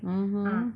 mmhmm